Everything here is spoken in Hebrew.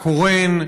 קורן,